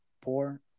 poor